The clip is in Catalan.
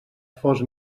fos